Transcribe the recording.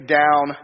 down